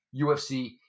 UFC